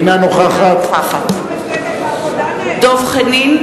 אינה נוכחת דב חנין,